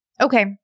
Okay